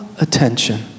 attention